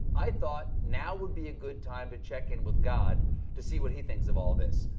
i thought now would be a good time to check in with god to see what he thinks of all this.